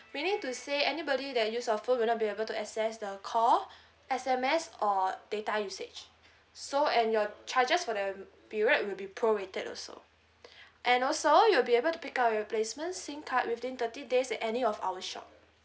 meaning to say anybody that use your phone will not be able to access the call S_M_S or data usage so and your charges for the period will be prorated also and also you will be able to pick up your replacement SIM card within thirty days at any of our shop